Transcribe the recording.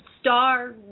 star